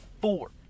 four